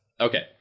Okay